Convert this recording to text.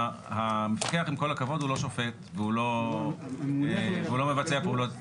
לא לרבנות הראשית ולא לרבנים הראשיים ולא למועצת הרבנות הראשית.